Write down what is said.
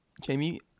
Jamie